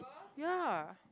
ya